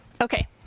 Okay